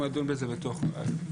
אנחנו נדון בזה בתוך המשרד.